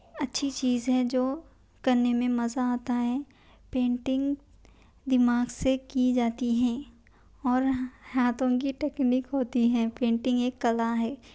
اچھی چیز ہے جو کرنے میں مزہ آتا ہے پینٹنگ دماغ سے کی جاتی ہے اور ہاتھوں کی ٹیکنک ہوتی ہے پینٹنگ ایک کلا ہے